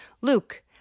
Luke